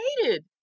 created